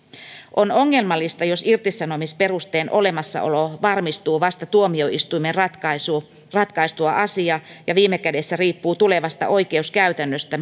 on ongelmallista jos irtisanomisperusteen olemassaolo varmistuu vasta tuomioistuimen ratkaistua asian ja viime kädessä riippuu tulevasta oikeuskäytännöstä